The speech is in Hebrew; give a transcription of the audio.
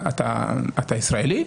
אתה ישראלי?